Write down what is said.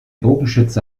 bogenschütze